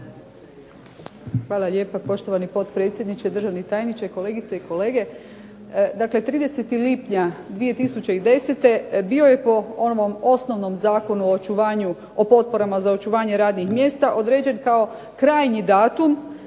Hvala lijepa. Poštovani potpredsjedniče, državni tajniče, kolegice i kolege. Dakle 30. lipnja 2010. bio je po ovom osnovnom Zakonu o očuvanju, o potporama za očuvanje radnih mjesta određen kao krajnji datum